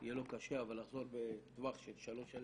יהיה לו קשה אבל לחזור בטווח של שלוש שנים,